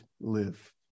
live